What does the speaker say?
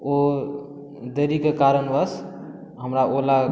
ओ देरीके कारणवश हमरा ओला